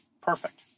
Perfect